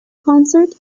concert